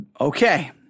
Okay